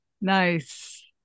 Nice